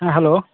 ᱦᱮᱸ ᱦᱮᱞᱳ